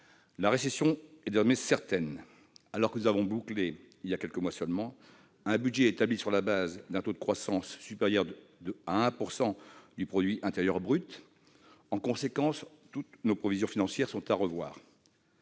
La récession est désormais certaine, alors que nous avons bouclé, voilà quelques mois, un budget établi sur la base d'un taux de croissance supérieur à 1 % du PIB. En conséquence, toutes nos prévisions financières doivent être